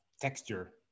texture